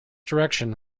direction